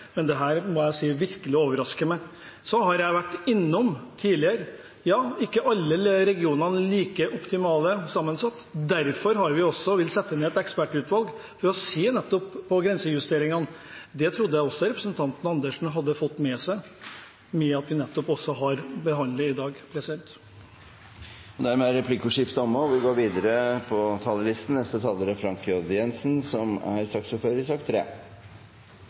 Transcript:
men dette må jeg si virkelig overrasker meg. Så har jeg vært innom tidligere at ikke alle regionene er like optimalt sammensatt. Derfor har vi også villet sette ned et ekspertutvalg for å se nettopp på grensejusteringene. Det trodde jeg også representanten Andersen hadde fått med seg at vi behandler i dag. Replikkordskiftet er omme. La meg få lov til å takke komiteen for godt samarbeid om Prop. 91 L, som handler om flere oppgaver til kommunene. Kommunen er bærebjelken i det innbyggernære velferdstilbudet. Kommunen er samfunnsutvikler, myndighetsutøver og